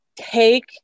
Take